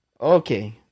Okay